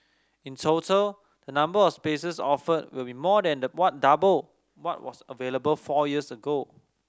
in total the number of spaces offered will be more than the what double what was available four years ago